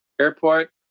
airport